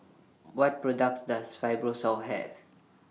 What products Does Fibrosol Have